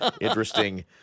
interesting